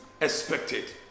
expected